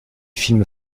film